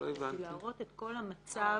בשביל להראות את כל המצב